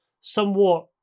somewhat